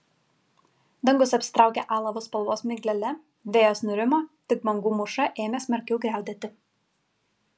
dangus apsitraukė alavo spalvos miglele vėjas nurimo tik bangų mūša ėmė smarkiau griaudėti